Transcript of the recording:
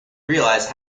realize